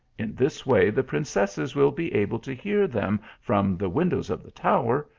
in this way, the princesses will be able to hear them from the windows of the tower,